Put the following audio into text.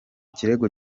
kirego